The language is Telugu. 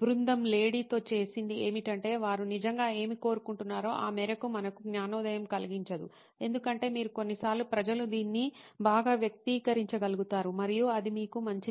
బృందం లేడీతో చేసింది ఏమిటంటే వారు నిజంగా ఏమి కోరుకుంటున్నారో ఆ మేరకు మనకు జ్ఞానోదయం కలిగించదు ఎందుకంటే కొన్నిసార్లు ప్రజలు దీన్ని బాగా వ్యక్తీకరించగలుగుతారు మరియు అది మీకు మంచిది